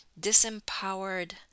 disempowered